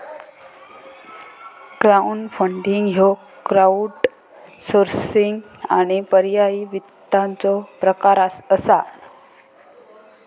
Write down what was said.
crowdfunding ह्यो crowdsourcing आणि पर्यायी वित्ताचो प्रकार असा